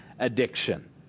addiction